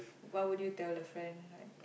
what would you tell the friend like